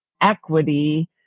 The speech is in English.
equity